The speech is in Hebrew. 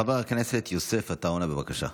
חבר הכנסת יוסף עטאונה, בבקשה.